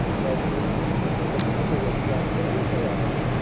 while the infantry, under cover of the artillery barrage,